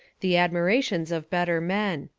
the admirations of better men.